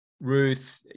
Ruth